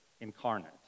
incarnate